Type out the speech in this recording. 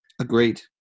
agreed